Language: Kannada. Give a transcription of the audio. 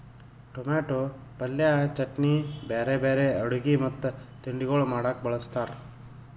ಟೊಮೇಟೊ ಪಲ್ಯ, ಚಟ್ನಿ, ಬ್ಯಾರೆ ಬ್ಯಾರೆ ಅಡುಗಿ ಮತ್ತ ತಿಂಡಿಗೊಳ್ ಮಾಡಾಗ್ ಬಳ್ಸತಾರ್